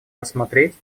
рассмотреть